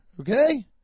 Okay